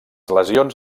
lesions